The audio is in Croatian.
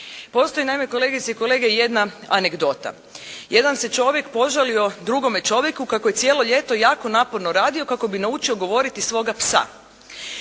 Postoji naime kolegice i kolege jedna anegdota. Jedan se čovjek požalio drugome čovjeku kako je cijelo ljeto jako naporno radio kako bi naučio govoriti svoga psa.